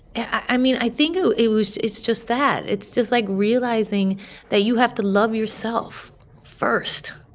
i mean, i think ah it was it's just that. it's just, like, realizing that you have to love yourself first,